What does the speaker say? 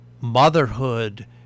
motherhood